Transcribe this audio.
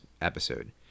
episode